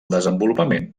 desenvolupament